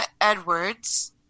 Edwards